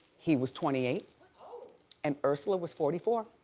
he was twenty eight and ursula was forty four.